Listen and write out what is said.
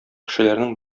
кешеләрнең